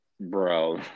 Bro